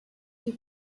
die